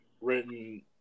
written